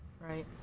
Right